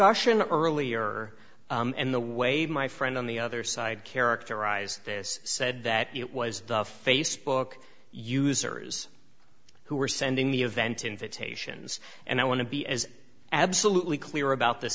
sion earlier and the way my friend on the other side characterize this said that it was facebook users who were sending the event invitations and i want to be as absolutely clear about